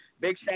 big